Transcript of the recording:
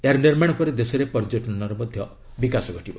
ଏହାର ନିର୍ମାଣ ପରେ ଦେଶରେ ପର୍ଯ୍ୟଟନର ମଧ୍ୟ ବିକାଶ ଘଟିବ